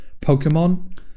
Pokemon